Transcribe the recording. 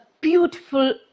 beautiful